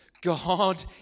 God